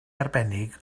arbennig